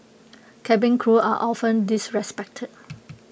cabin crew are often disrespected